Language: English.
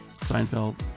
Seinfeld